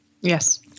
Yes